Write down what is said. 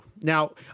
Now